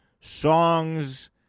songs